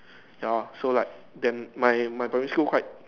ya so like damn my my primary school quite